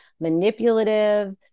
manipulative